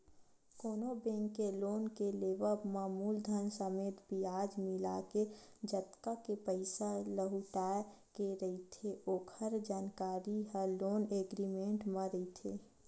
कोनो बेंक ले लोन के लेवब म मूलधन समेत बियाज मिलाके जतका के पइसा लहुटाय के रहिथे ओखर जानकारी ह लोन एग्रीमेंट म रहिथे